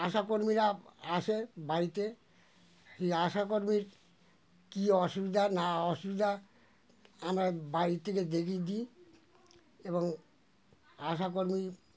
আশাকর্মীরা আসে বাড়িতে এই আশাকর্মী কী অসুবিধা না অসুবিধা আমরা বাড়ির থেকে দেখিয়ে দিই এবং আশাকর্মী